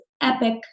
Epic